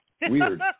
Weird